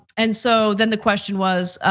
and so then the question was,